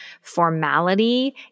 formality